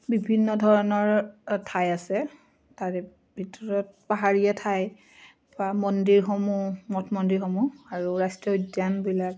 বিভিন্ন ধৰণৰ ঠাই আছে তাৰে ভিতৰত পাহাৰীয়া ঠাই বা মন্দিৰসমূহ মঠ মন্দিৰসমূহ আৰু ৰাষ্ট্ৰীয় উদ্যানবিলাক